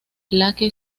lake